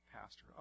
pastor